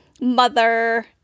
mother